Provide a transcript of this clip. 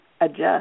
adjust